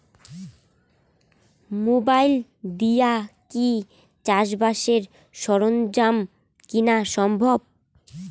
Mobile দিয়া কি চাষবাসের সরঞ্জাম কিনা সম্ভব?